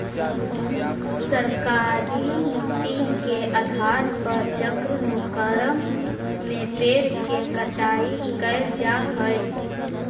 सरकारी नीति के आधार पर चक्रानुक्रम में पेड़ के कटाई कैल जा हई